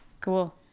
Cool